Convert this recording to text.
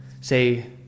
say